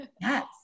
Yes